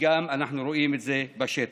ואנחנו גם רואים את זה בשטח.